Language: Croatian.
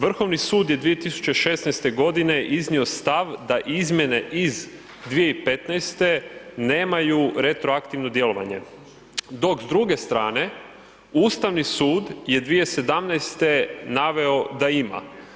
Vrhovni sud je 2016. godine iznio stav da izmjene iz 2015. nemaju retroaktivno djelovanje, dok s druge strane Ustavni sud je 2017. naveo da ima.